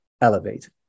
Elevate